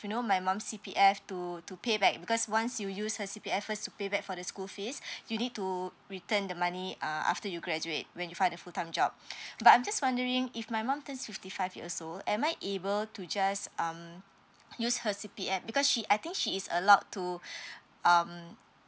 you know my mum C_P_F to to pay back because once you use her C_P_F first to pay back for the school fees you need to return the money uh after you graduate when you find a full time job but I'm just wondering if my mum turns fifty five years old am I able to just um use her C_P_F because she I think she is allowed to um